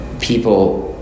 people